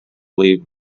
leave